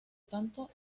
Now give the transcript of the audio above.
tanto